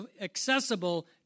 accessible